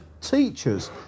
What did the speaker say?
teachers